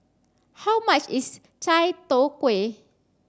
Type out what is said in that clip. how much is Chai Tow Kuay